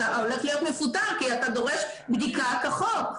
אתה הולך להיות מפוטר כי אתה דורש בדיקה כחוק.